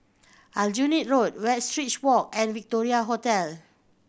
Aljunied Road Westridge Walk and Victoria Hotel